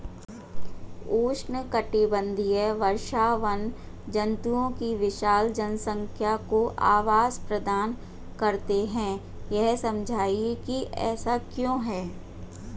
उष्णकटिबंधीय वर्षावन जंतुओं की विशाल जनसंख्या को आवास प्रदान करते हैं यह समझाइए कि ऐसा क्यों है?